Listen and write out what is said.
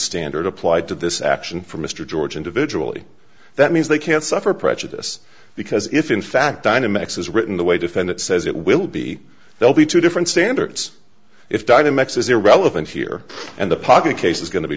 standard applied to this action from mr george individually that means they can't suffer prejudice because if in fact dynamics is written the way defendant says it will be they'll be two different standards if dynamix is irrelevant here and the party case is going to be